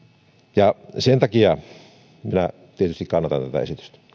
sen takia minä tietysti kannatan tätä esitystä